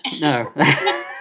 No